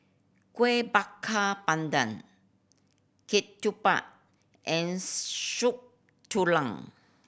Kueh Bakar Pandan ketupat and Soup Tulang